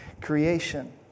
creation